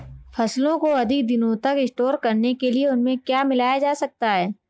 फसलों को अधिक दिनों तक स्टोर करने के लिए उनमें क्या मिलाया जा सकता है?